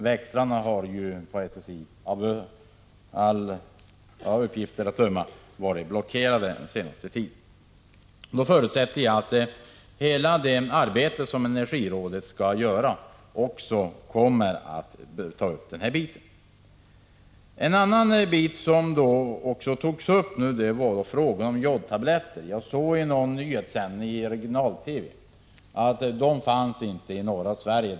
Växlarna på SSI har av uppgifter att döma varit blockerade den senaste tiden. Jag förutsätter att också denna fråga kommer att aktualiseras i det arbete som energirådet skall göra. I denna debatt har man också berört frågan om jodtabletter. Av en nyhetssändning i regional-TV som jag såg framgick att jodtabletter inte fanns i norra Sverige.